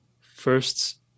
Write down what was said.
first